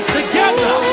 together